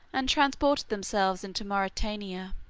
and transported themselves into mauritania.